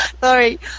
Sorry